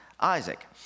Isaac